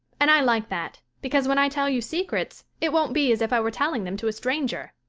and i like that, because when i tell you secrets it won't be as if i were telling them to a stranger.